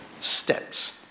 steps